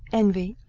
envy,